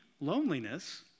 Loneliness